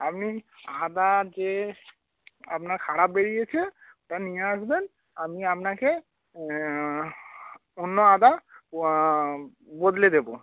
আপনি সাদা যে আপনার খারাপ বেড়িয়েছে ওটা নিয়ে আসবেন আমি আপনাকে অন্য আদার ও বদলে দেবো